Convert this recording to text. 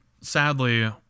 sadly